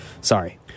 Sorry